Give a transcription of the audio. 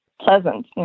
pleasant